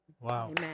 Wow